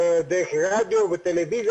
דרך רדיו וטלוויזיה,